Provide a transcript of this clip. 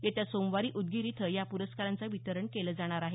येत्या सोमवारी उदगीर इथं या प्रस्कारांचं वितरण केलं जाणार आहे